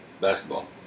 basketball